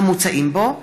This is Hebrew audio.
המוצעים בו,